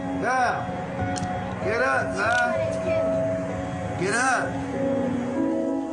היות והוועדה הזאת שמה כנר לרגליה בעצם להתמודד עם המציאות